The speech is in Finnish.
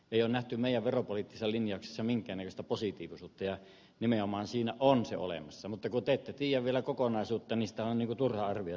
ilmeettömiä veropolizelin ja samin kennelistä positiivisuutta ja nimenomaan siinä olisi olemassa mutta koti että tiiä vielä kokonaisuutta niistä on jutun arvioi